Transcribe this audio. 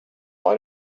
why